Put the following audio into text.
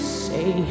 say